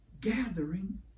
gathering